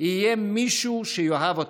יהיה מישהו שיאהב אותם,